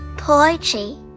Poetry